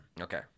Okay